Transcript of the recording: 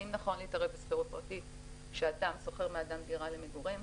האם נכון להתערב בשכירות פרטית כשאדם שוכר מאדם דירה למגורים,